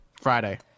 Friday